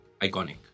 iconic